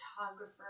photographer